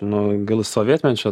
nu gal sovietmečio